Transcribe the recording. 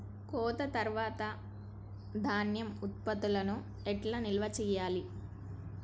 కోత తర్వాత ధాన్యం ఉత్పత్తులను ఎట్లా నిల్వ చేయాలి?